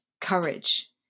courage